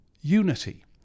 unity